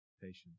patience